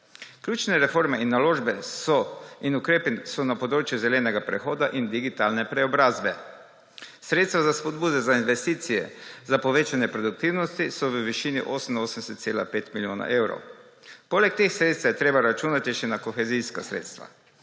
Ključne reforme in naložbe in ukrepi so na področju zelenega prehoda in digitalne preobrazbe. Sredstva za spodbude za investicije za povečanje produktivnosti so v višini 88,5 milijona evrov. Poleg teh sredstev je treba računati še na kohezijska sredstva.